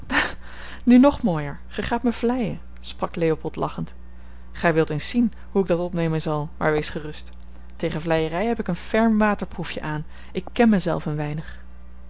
nu nog mooier gij gaat mij vleien sprak leopold lachend gij wilt eens zien hoe ik dat opnemen zal maar wees gerust tegen vleierij heb ik een ferm waterproefje aan ik ken mij zelf een weinig